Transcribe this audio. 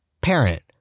Parent